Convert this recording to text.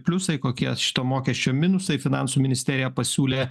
pliusai kokie šito mokesčio minusai finansų ministerija pasiūlė